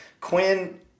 Quinn